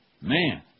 Man